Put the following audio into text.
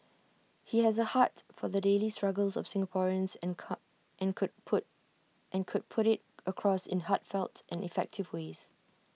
he has A heart for the daily struggles of Singaporeans and car and could put and could put IT across in heartfelt and effective ways